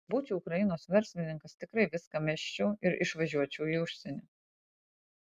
būčiau ukrainos verslininkas tikrai viską mesčiau ir išvažiuočiau į užsienį